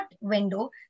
window